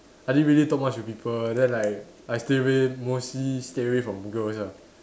I didn't really talk much with people then like I stay away mostly stay away from girls ah